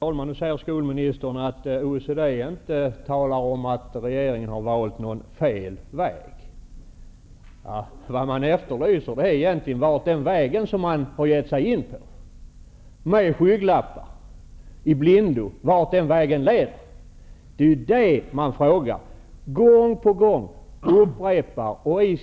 Herr talman! Nu säger skolministern att OECD inte talar om att regeringen har valt fel väg. Vad man efterlyser är egentligen vart den vägen leder som man har gett sig in på, med skygglappar, i blindo. Det är det man frågar efter, gång på gång. I